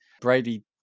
Brady